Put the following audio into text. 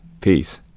Peace